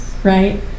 right